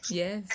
yes